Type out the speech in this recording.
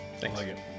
Thanks